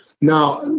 Now